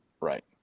Right